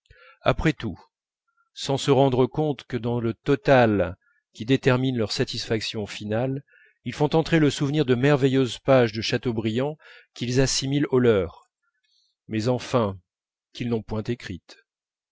après tout sans se rendre compte que dans le total qui détermine leur satisfaction finale ils font entrer le souvenir de merveilleuses pages de chateaubriand qu'ils assimilent aux leurs mais enfin qu'ils n'ont point écrites